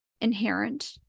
inherent